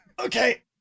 Okay